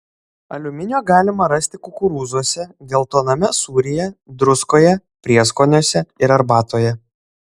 aliuminio galima rasti kukurūzuose geltoname sūryje druskoje prieskoniuose ir arbatoje